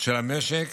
של המשק